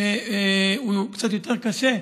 שהוא קצת יותר קשה,